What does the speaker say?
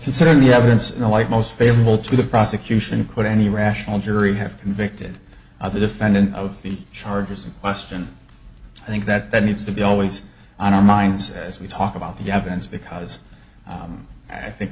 considering the evidence in the light most favorable to the prosecution could any rational jury have convicted by the defendant of the charges in question i think that that needs to be always on our minds as we talk about the evidence because i think